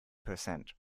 percent